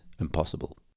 impossible